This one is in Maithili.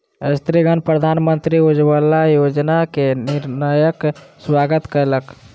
स्त्रीगण प्रधानमंत्री उज्ज्वला योजना के निर्णयक स्वागत कयलक